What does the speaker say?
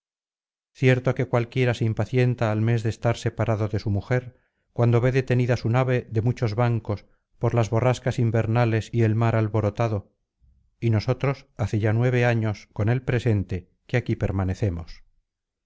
cierto que cualquiera se impacienta al mes de estar separado de su mujer cuando ve detenida su nave de muchos bancos por las borrascas invernales y el mar alborotado y nosotros hace ya nueve años con el presente que aquí permanecemos